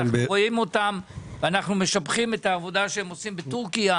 אנחנו משבחים את העבודה שהם עושים בטורקיה,